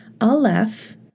Aleph